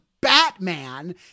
Batman